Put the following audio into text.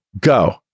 go